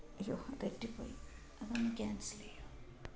अय्यो तट्टि पोयि अहं केन्सलेयो